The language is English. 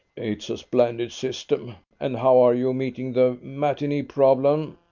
it's a splendid system and how are you meeting the matinee problem?